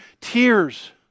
tears